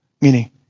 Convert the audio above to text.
Meaning